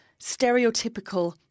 stereotypical